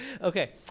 Okay